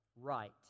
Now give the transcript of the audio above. Right